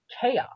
chaos